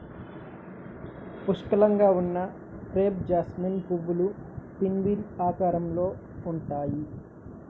పుష్కలంగా ఉన్న crepe jasmine పువ్వులు పిన్వీల్ ఆకారంలో ఉంటాయి